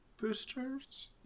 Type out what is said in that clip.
Boosters